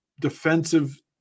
defensive